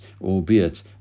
albeit